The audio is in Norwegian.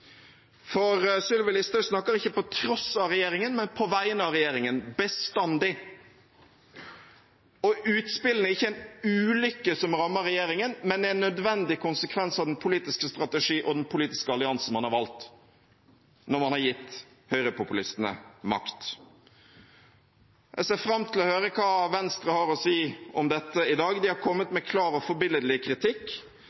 For Sylvi Listhaug snakker ikke på tross av regjeringen, men på vegne av regjeringen – bestandig. Og utspillene er ikke en ulykke som rammer regjeringen, men en nødvendig konsekvens av den politiske strategien og den politiske alliansen man har valgt når man har gitt høyrepopulistene makt. Jeg ser fram til å høre hva Venstre har å si om dette i dag. De har kommet